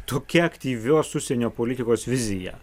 toki aktyvios užsienio politikos vizija